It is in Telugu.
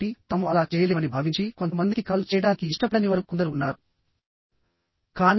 కాబట్టితాము అలా చేయలేమని భావించి కొంతమందికి కాల్ చేయడానికి ఇష్టపడని వారు కొందరు ఉన్నారు